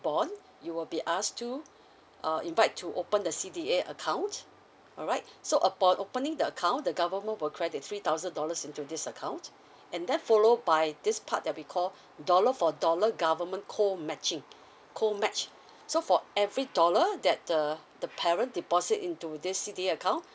born you will be asked to uh invite to open the C_D_A account alright so upon opening the account the government will credit three thousand dollars into this account and then follow by this part that we call dollar for dollar government cold matching cold match so for every dollar that the the parent deposit into this C_D_A account